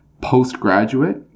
Postgraduate